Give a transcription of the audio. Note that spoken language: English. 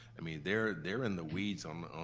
i mean, they're they're in the weeds on,